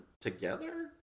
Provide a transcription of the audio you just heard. together